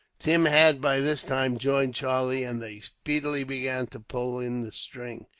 tim had by this time joined charlie, and they speedily began to pull in the string.